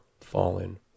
fallen